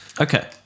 okay